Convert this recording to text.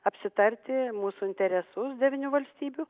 apsitarti mūsų interesus devynių valstybių